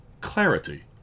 clarity